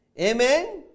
Amen